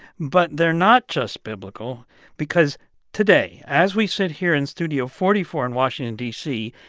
but they're not just biblical because today, as we sit here in studio forty four in washington, d c,